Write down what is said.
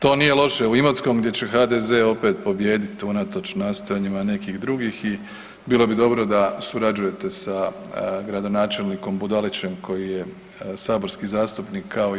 To nije loše u Imotskom gdje će se HDZ opet pobijedit unatoč nastojanjima nekih drugih i bilo bi dobro surađujete sa gradonačelnikom Budalićem koji je saborski zastupnik kao i vi.